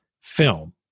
film